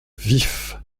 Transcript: vif